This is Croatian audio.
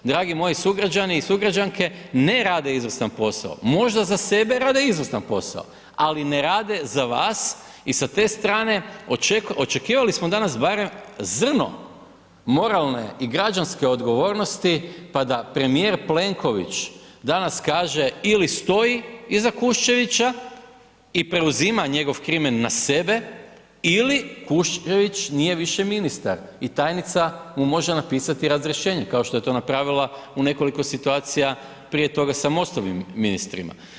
Dragi moji sugrađani i sugrađanke, ne rade izvrstan posao, možda za sebe rade izvrstan posao, ali ne rade za vas i sa te strane, očekivali smo danas barem zrno moralne i građanske odgovornosti pa da premijer Plenković danas kaže ili stoji iza Kuščevića i preuzima njegov krimen na sebe ili Kuščević nije više ministar i tajnica mu može napisati razrješenje, kao što je to napravila u nekoliko situacija prije toga sa MOST-ovim ministrima.